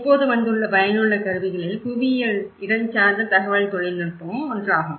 இப்போது வந்துள்ள பயனுள்ள கருவிகளில் புவியியல் இடஞ்சார்ந்த தகவல் தொழில்நுட்பம் ஒன்றாகும்